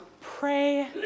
pray